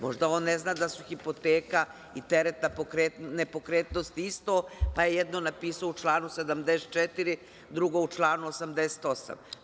Možda on ne zna da su hipoteka i teret na nepokretnost isto, pa je jedno napisao u članu 74, drugo u članu 88.